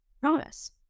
Promise